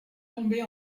tombée